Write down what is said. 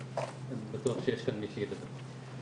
אני בטוח שיש כאן מי שידבר עליהם.